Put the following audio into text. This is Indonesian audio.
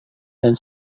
dan